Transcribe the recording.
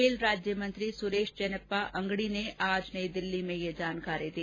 rail राज्य मंत्री सुरेश चेन्नप्पा अंगड़ी ने आज नई दिल्ली में ये जानकारी दी